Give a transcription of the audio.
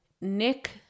Nick